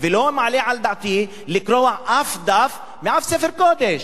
ולא מעלה על דעתי לקרוע אף דף מאף ספר קודש.